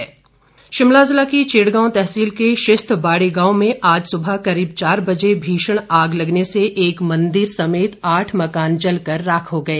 अग्निकांड शिमला जिला की चिड़गांव तहसील के शिस्तवाड़ी गांव में आज सुबह करीब चार बजे भीषण आग लगने से एक मंदिर समते आठ मकान जलकर राख हो गए